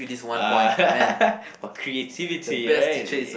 ah for creativity right